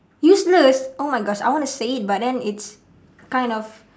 useless oh my gosh I wanna say it but then it's kind of